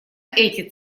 эти